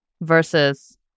versus